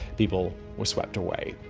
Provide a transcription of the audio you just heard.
people were swept away.